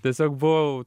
tiesiog buvau